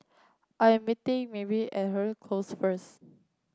I am meeting Close first